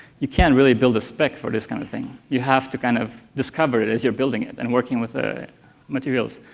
you can't really build a spec for this kind of thing. you have to kind of discover it as you're building it and working with the materials.